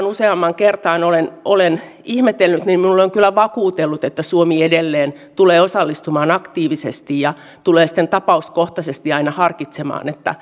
useamman kerran olen ihmetellyt niin minulle on kyllä vakuuteltu että suomi edelleen tulee osallistumaan aktiivisesti ja tulee sitten tapauskohtaisesti aina harkitsemaan